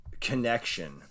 connection